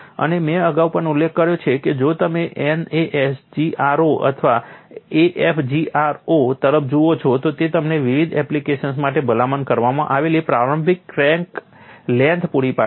અને મેં અગાઉ પણ ઉલ્લેખ કર્યો છે કે જો તમે NASGRO અથવા AFGRO તરફ જુઓ છો તો તે તમને વિવિધ એપ્લિકેશન્સ માટે ભલામણ કરવામાં આવેલી પ્રારંભિક ક્રેક લેન્થ પૂરી પાડે છે